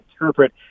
interpret